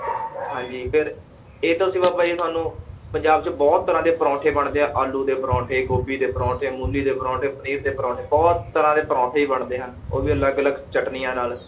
ਹਾਂਜੀ ਫਿਰ ਇਹ ਤਾਂ ਦੱਸੇ ਬਾਬਾ ਜੀ ਤੁਹਾਨੂੰ ਪੰਜਾਬ 'ਚ ਬਹੁਤ ਤਰ੍ਹਾਂ ਦੇ ਪਰੌਂਠੇ ਬਣਦੇ ਆ ਆਲੂ ਦੇ ਪਰੌਂਠੇ ਗੋਭੀ ਦੇ ਪਰੌਂਠੇ ਮੂਲੀ ਦੇ ਪਰੌਂਠੇ ਪਨੀਰ ਦੇ ਪਰੌਂਠੇ ਬਹੁਤ ਤਰ੍ਹਾਂ ਦੇ ਪਰੌਂਠੇ ਵੀ ਬਣਦੇ ਹਨ ਉਹ ਵੀ ਅਲੱਗ ਅਲੱਗ ਚੱਟਨੀਆਂ ਨਾਲ